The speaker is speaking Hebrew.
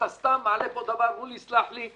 אתה סתם מעלה פה דבר, מולי, סלח לי.